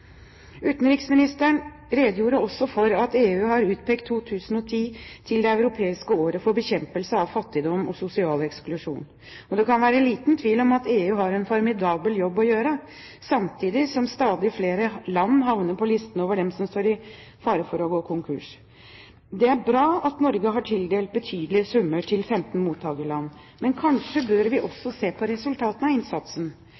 Utenriksministeren redegjorde også for at EU har utpekt 2010 til det europeiske året for bekjempelse av fattigdom og sosial eksklusjon. Det kan være liten tvil om at EU har en formidabel jobb å gjøre, samtidig som stadig flere land havner på listen over dem som står i fare for å gå konkurs. Det er bra at Norge har tildelt betydelige summer til 15 mottakerland, men kanskje bør vi